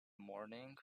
morning